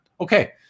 Okay